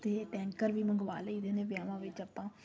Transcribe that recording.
ਅਤੇ ਟੈਂਕਰ ਵੀ ਮੰਗਵਾ ਲਈਦੇ ਨੇ ਵਿਆਹਵਾਂ ਵਿੱਚ ਆਪਾਂ